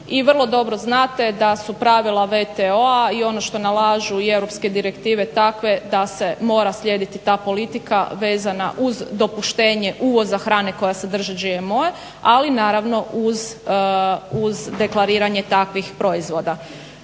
I vrlo dobro znate da su pravila WTO-a i ono što nalažu i europske direktive takve da se mora slijediti ta politika vezana uz dopuštenje uvoza hrane koja sadrži GMO-e ali naravno uz deklariranje takvih proizvoda.